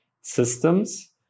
systems